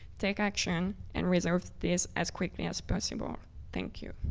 take action and resolve this as quickly as possible. um thank you.